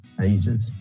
ages